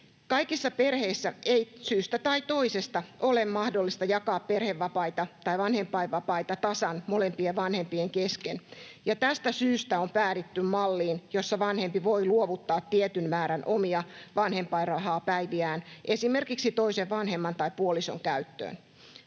Kaikissa perheissä ei syystä tai toisesta ole mahdollista jakaa perhevapaita tai vanhempainvapaita tasan molempien vanhempien kesken, ja tästä syystä on päädytty malliin, jossa vanhempi voi luovuttaa tietyn määrän omia vanhempainrahapäiviään esimerkiksi toisen vanhemman tai puolison käyttöön.